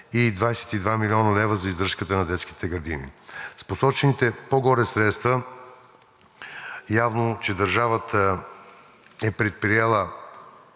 и 22 млн. лв. за издръжката на детските градини. С посочените по-горе средства явно, че държавата е предприела